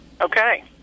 Okay